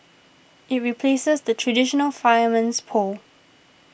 it replaces the traditional fireman's pole